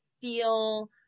feel